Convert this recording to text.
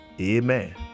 Amen